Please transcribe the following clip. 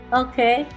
okay